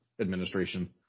administration